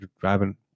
driving